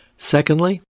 Secondly